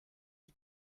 des